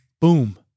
boom